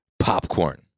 popcorn